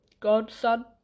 Godson